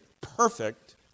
perfect